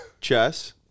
chess